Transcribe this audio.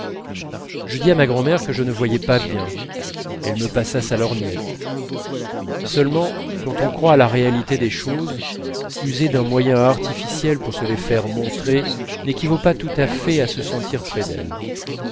je dis à ma grand'mère que je ne voyais pas bien elle me passa sa lorgnette seulement quand on croit à la réalité des choses user d'un moyen artificiel pour se les faire montrer n'équivaut pas tout à fait à se sentir près d'elles